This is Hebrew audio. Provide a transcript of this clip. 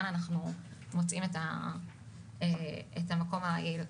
כאן אנחנו מוצאים את המקום היעיל.